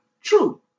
true